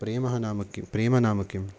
प्रेम नाम किं प्रेम नाम किम्